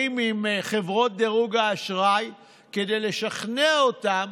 עם חברות דירוג האשראי כדי לשכנע אותן